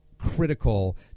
critical